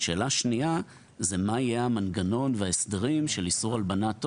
ב', מה יהיו המנגנון וההסדרים של איסור הלבנת הון,